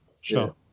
Sure